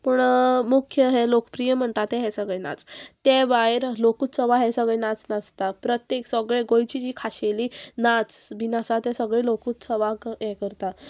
पूण मुख्य हे लोकप्रीय म्हणटा ते हे सगळे नाच ते भायर लोकोत्सवा हे सगळें नाच नाचता प्रत्येक सगळे गोंयची जी खाशेली नाच बीन आसा ते सगळे लोकोउत्सवाक हे करता